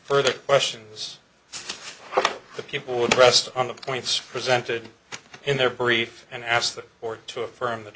further questions the people would rest on the points presented in their brief and asked the court to affirm the